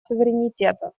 суверенитета